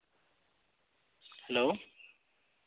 hello